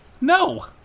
No